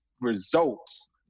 results